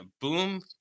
boom